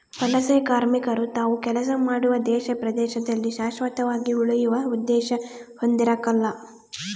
ವಲಸೆಕಾರ್ಮಿಕರು ತಾವು ಕೆಲಸ ಮಾಡುವ ದೇಶ ಪ್ರದೇಶದಲ್ಲಿ ಶಾಶ್ವತವಾಗಿ ಉಳಿಯುವ ಉದ್ದೇಶ ಹೊಂದಿರಕಲ್ಲ